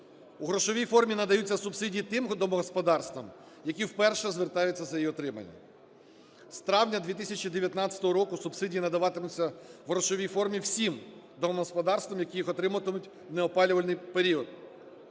в грошовій формі надаються субсидії тим домогосподарства, які вперше звертаються за її отриманням. З травня 2019 року субсидії надаватимуться в грошовій формі всім домогосподарствам, які їх отримуватимуть в неопалювальний період.